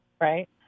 Right